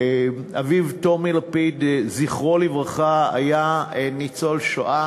אביו, טומי לפיד, זכרו לברכה, היה ניצול שואה,